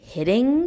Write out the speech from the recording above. Hitting